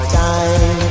time